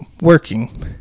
working